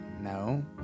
No